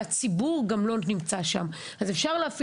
ואז אמרו